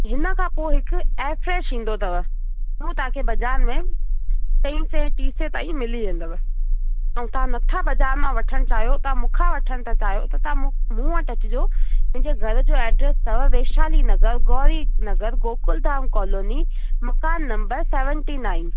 हिन खां पोइ हिकु एफ्रेश ईंदो अथव उहो तव्हांखे बाज़ारि में चइसै टी सै ताईं मिली वेंदव ऐं तव्हां नथा बाज़ारि मां वठणु चाहियो तव्हां मूं खां वठणु था चाहियो त तव्हां मूं वटि अचिजो मुंहिंजे घर जो एड्रेस अथव वैशाली नगर गौरी नगर गोकुलधाम कॉलोनी मकानु नंबर सेवनटी नाइन